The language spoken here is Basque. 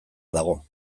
dago